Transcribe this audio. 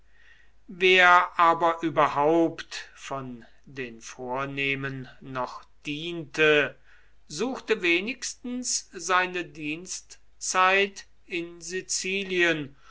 wer aber überhaupt von den vornehmen noch diente suchte wenigstens seine dienstzeit in sizilien